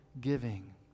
giving